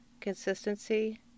consistency